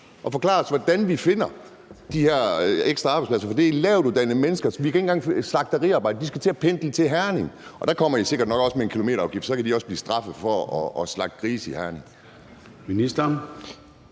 at forklare os, hvordan vi finder de her ekstra arbejdspladser. For det er lavtuddannede mennesker. Slagteriarbejderne skal til at pendle til Herning, og der kommer I sikkert også med en kilometerafgift, og så kan de også blive straffet for at slagte grise i Herning.